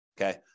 okay